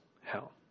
hell